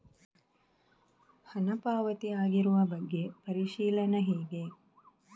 ಹಣ ಪಾವತಿ ಆಗಿರುವ ಬಗ್ಗೆ ಪರಿಶೀಲನೆ ಹೇಗೆ?